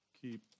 keep